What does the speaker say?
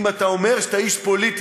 אם אתה אומר שאתה איש פוליטי,